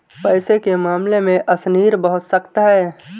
पैसे के मामले में अशनीर बहुत सख्त है